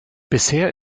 bisher